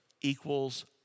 equals